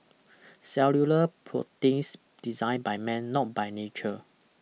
cellular proteins designed by man not by nature